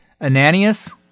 Ananias